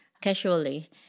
casually